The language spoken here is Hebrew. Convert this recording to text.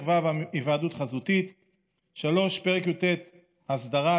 ו' (היוועדות חזותית); 3. פרק י"ט (אסדרה),